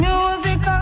Music